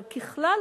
אבל ככלל,